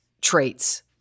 traits